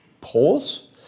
Pause